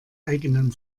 eigenen